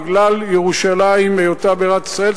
בגלל היותה בירת ישראל,